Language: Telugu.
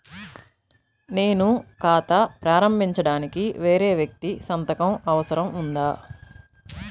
నేను ఖాతా ప్రారంభించటానికి వేరే వ్యక్తి సంతకం అవసరం ఉందా?